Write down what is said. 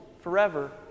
forever